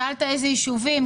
שאלת אלו יישובים,